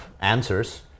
answers